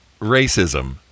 racism